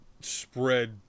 spread